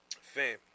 Fam